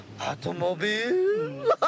automobile